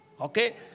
Okay